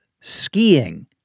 skiing